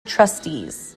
trustees